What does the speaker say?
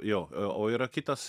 jo o yra kitas